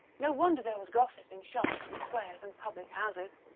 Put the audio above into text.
no wonder there was gossip in shops and squares and public houses!